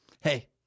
Hey